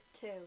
two